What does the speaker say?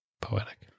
poetic